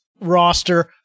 roster